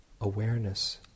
awareness